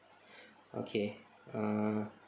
okay uh